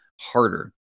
harder